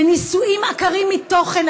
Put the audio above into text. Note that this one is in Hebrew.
בנישואים עקרים מתוכן,